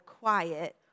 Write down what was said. quiet